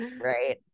right